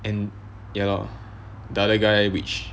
and ya lor the other guy which